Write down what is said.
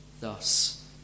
thus